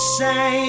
say